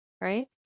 right